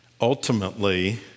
ultimately